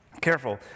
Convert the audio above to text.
careful